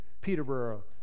Peterborough